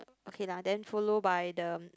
okay lah then follow by the